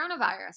coronavirus